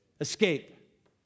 escape